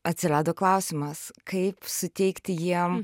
atsirado klausimas kaip suteikti jiem